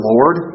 Lord